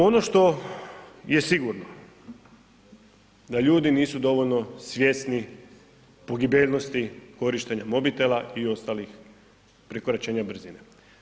Ono što je sigurno da ljudi nisu dovoljno svjesni pogibeljnosti korištenja mobitela i ostalih prekoračenja brzine.